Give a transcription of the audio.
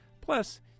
Plus